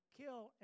kill